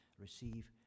receive